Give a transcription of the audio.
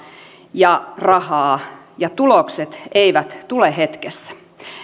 ja rahaa ja tulokset eivät tule hetkessä